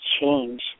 Change